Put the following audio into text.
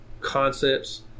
concepts